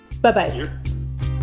Bye-bye